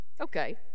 okay